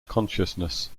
consciousness